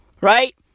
right